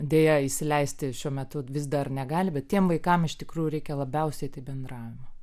deja įsileisti šiuo metu vis dar negali bet tiem vaikam iš tikrųjų reikia labiausiai tai bendravimo